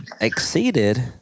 exceeded